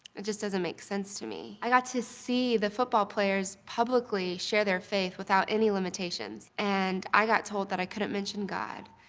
it just doesn't make sense to me. i got to see the football players publicly share their faith without any limitations. and i got told that i couldn't mention god,